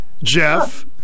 Jeff